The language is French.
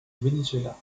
venezuela